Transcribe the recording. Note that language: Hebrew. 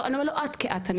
לא את כאת,